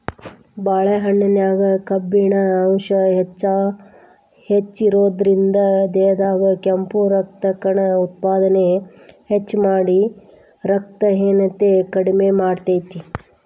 ಬಾಳೆಹಣ್ಣಿನ್ಯಾಗ ಕಬ್ಬಿಣ ಅಂಶ ಹೆಚ್ಚಿರೋದ್ರಿಂದ, ದೇಹದಾಗ ಕೆಂಪು ರಕ್ತಕಣ ಉತ್ಪಾದನೆ ಹೆಚ್ಚಮಾಡಿ, ರಕ್ತಹೇನತೆ ಕಡಿಮಿ ಮಾಡ್ತೆತಿ